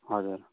हजुर